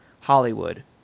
Hollywood